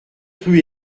rue